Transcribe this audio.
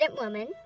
woman